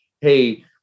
hey